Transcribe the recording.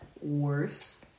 worse